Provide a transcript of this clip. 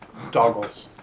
Doggles